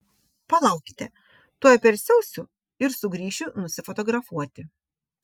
palaukite tuoj persiausiu ir sugrįšiu nusifotografuoti